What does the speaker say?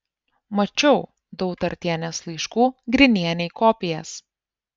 mačiau dautartienės laiškų grinienei kopijas